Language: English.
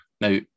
Now